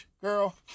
girl